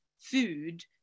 food